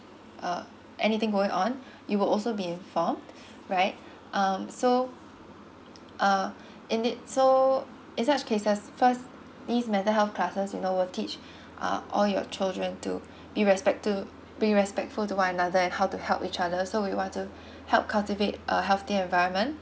uh anything going on it will also be informed right um so uh in it so in such cases first these mental health classes you know will teach uh all your children to be respect to be respectful to one another and how to help each others so we want to help cultivate a healthy enviroment